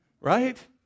Right